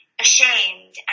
ashamed